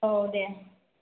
औ दे